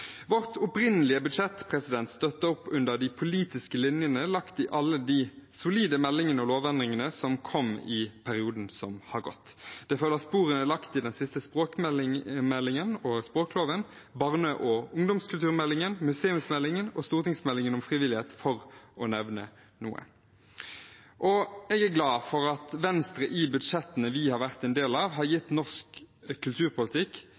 Vårt opprinnelige budsjett støtter opp under de politiske linjene lagt i alle de solide meldingene og lovendringene som kom i perioden som har gått. Det følger sporene lagt i den siste språkmeldingen og språkloven, barne- og ungdomskulturmeldingen, museumsmeldingen og stortingsmeldingen om frivillighet, for å nevne noe. Jeg er glad for at Venstre i budsjettene vi har vært en del av, har gitt norsk kulturpolitikk